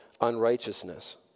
unrighteousness